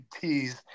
tease